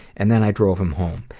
and then i drove him home.